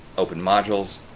open modules,